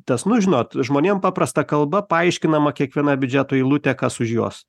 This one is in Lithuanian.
tas nu žinot žmonėm paprasta kalba paaiškinama kiekviena biudžeto eilutė kas už jos